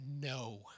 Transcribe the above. no